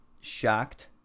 shocked